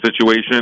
situation